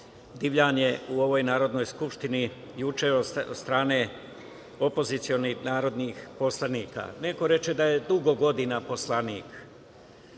divljanje u ovoj Narodnoj skupštini juče od strane opozicionih narodnih poslanika. Neko reče da je dugo godina poslanik